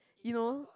you know